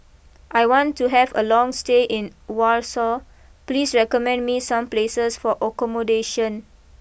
I want to have a long stay in Warsaw please recommend me some places for accommodation